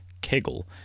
kegel